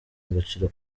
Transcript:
agaciro